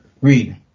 Read